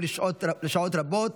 ומה שקרה ב-7 באוקטובר,